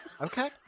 Okay